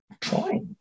trying